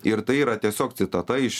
ir tai yra tiesiog citata iš